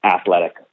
athletic